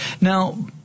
Now